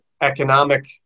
economic